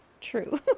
true